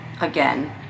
again